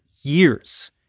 years